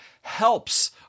helps